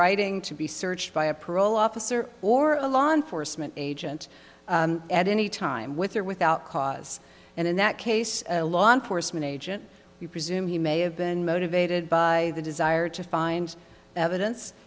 writing to be searched by a parole officer or a law enforcement agent at any time with or without cause and in that case a law enforcement agent you presume he may have been motivated by the desire to find evidence